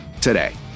today